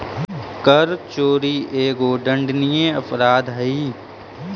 कर चोरी एगो दंडनीय अपराध हई